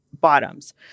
bottoms